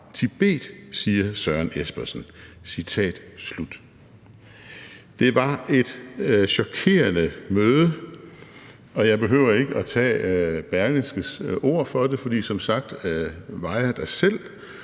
Tibet,« siger Søren Espersen.« Det var et chokerende møde, og jeg behøver ikke tage Berlingskes ord for det, for som sagt var jeg der selv